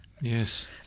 Yes